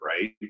right